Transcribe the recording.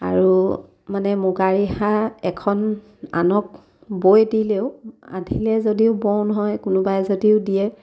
আৰু মানে মুগাৰিহা এখন আনক বৈ দিলেও আধিলে যদিও বও হয় কোনোবাই যদিও দিয়ে